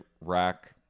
rack